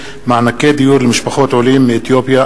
בנושא: מענקי דיור למשפחות עולים מאתיופיה